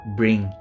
bring